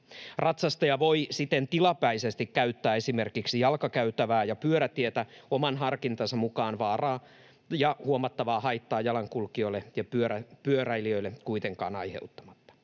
Ratsastaja voi siten tilapäisesti käyttää esimerkiksi jalkakäytävää ja pyörätietä oman harkintansa mukaan vaaraa ja huomattavaa haittaa jalankulkijoille ja pyöräilijöille kuitenkaan aiheuttamatta.